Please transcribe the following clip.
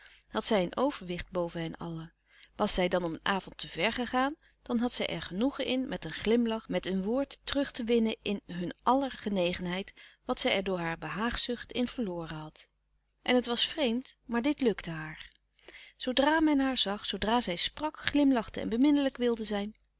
zij een overwicht boven hen allen was zij dan op een avond te ver gegaan dan had zij er genoegen in met een glimlach met een woord terug te winnen in hun aller genegenheid wat zij er door haar behaagzucht in verloren had en het was vreemd maar dit lukte haar zoodra men haar zag zoodra zij sprak glimlachte en beminnelijk wilde zijn